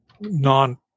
non